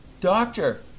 Doctor